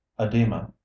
edema